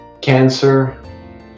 Cancer